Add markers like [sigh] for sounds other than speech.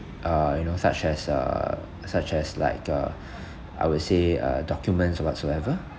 uh you know such as uh such as like uh [breath] I would say uh documents or whatsoever